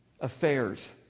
affairs